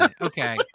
Okay